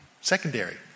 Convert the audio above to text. secondary